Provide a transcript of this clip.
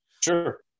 Sure